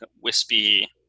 wispy